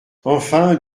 enfin